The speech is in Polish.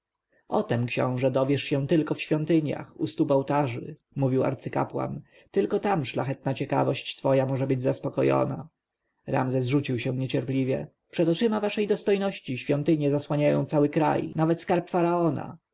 książę dowiesz się tylko w świątyniach u stóp ołtarzy mówił arcykapłan tylko tam szlachetna ciekawość twoja może być zaspokojona ramzes rzucił się niecierpliwie przed oczyma waszej dostojności świątynie zasłaniają cały kraj nawet skarb faraona